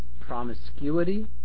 promiscuity